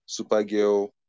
Supergirl